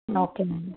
okay ma'am